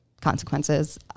consequences